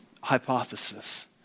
hypothesis